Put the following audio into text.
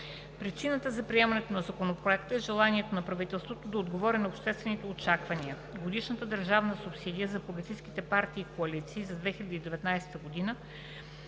Причината за приемането на Законопроекта е желанието на правителството да отговори на обществените очаквания. Годишната държавна субсидия за политическите партии и коалиции за 2019 г.